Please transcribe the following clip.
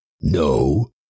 no